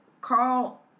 Carl